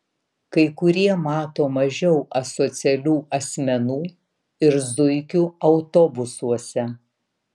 kai kurie mato mažiau asocialių asmenų ir zuikių autobusuose